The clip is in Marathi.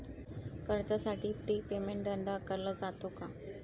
कर्जासाठी प्री पेमेंट दंड आकारला जातो का?